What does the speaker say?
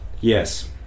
yes